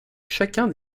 chacun